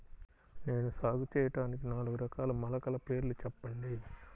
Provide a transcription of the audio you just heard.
నేను సాగు చేయటానికి నాలుగు రకాల మొలకల పేర్లు చెప్పండి?